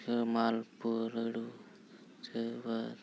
ᱥᱮ ᱢᱟᱞᱯᱳᱣᱟ ᱞᱟᱹᱰᱩ